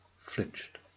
flinched